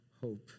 hope